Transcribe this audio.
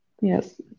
yes